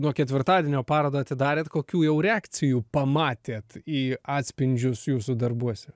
nuo ketvirtadienio parodą atidarėt kokių jau reakcijų pamatėt į atspindžius jūsų darbuose